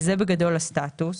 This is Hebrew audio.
זה הסטטוס.